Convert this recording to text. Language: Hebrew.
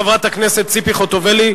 חברת הכנסת ציפי חוטובלי,